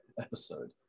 episode